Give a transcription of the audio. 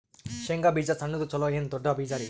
ಶೇಂಗಾ ಬೀಜ ಸಣ್ಣದು ಚಲೋ ಏನ್ ದೊಡ್ಡ ಬೀಜರಿ?